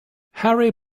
harry